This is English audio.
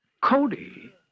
Cody